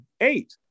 eight